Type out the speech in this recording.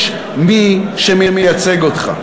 יש מי שמייצג אותך.